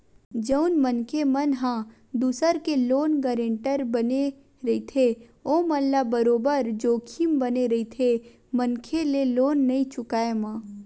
जउन मनखे मन ह दूसर के लोन गारेंटर बने रहिथे ओमन ल बरोबर जोखिम बने रहिथे मनखे के लोन नइ चुकाय म